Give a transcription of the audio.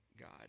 God